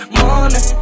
morning